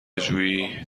جویی